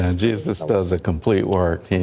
and jesus does a complete work.